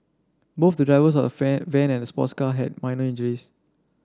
both the drivers of van and sports car had minor injuries